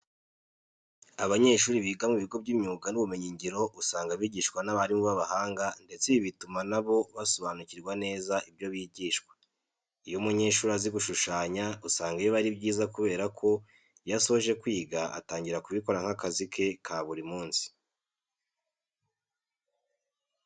Abanyeshuri biga mu bigo by'imyuga n'ubumenyingiro usanga bigishwa n'abarimu b'abahanga ndetse ibi bituma na bo basobanukirwa neza ibyo bigishwa. Iyo umunyeshuri azi gushushanya, usanga biba ari byiza kubera ko iyo asoje kwiga atangira kubikora nk'akazi ke ka buri munsi.